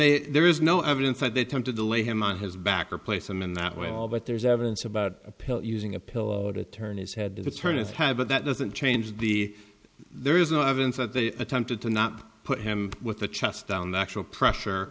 and there is no evidence that they attempted to lay him on his back or place him in that way but there's evidence about a pill using a pillow to turn his head to turn its head but that doesn't change the there is no evidence that they attempted to not put him with the chest down the actual pressure